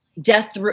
death